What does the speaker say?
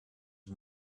and